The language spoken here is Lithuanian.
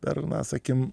per na sakykim